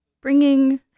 bringing